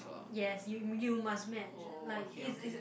yes you you must match like it's it's